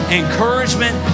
encouragement